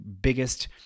biggest